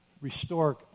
restore